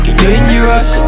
dangerous